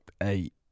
eight